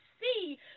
see